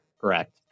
Correct